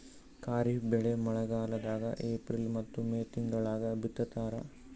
ಖಾರಿಫ್ ಬೆಳಿ ಮಳಿಗಾಲದಾಗ ಏಪ್ರಿಲ್ ಮತ್ತು ಮೇ ತಿಂಗಳಾಗ ಬಿತ್ತತಾರ